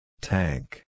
Tank